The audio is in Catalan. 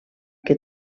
què